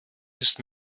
ist